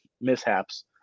mishaps